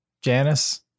Janice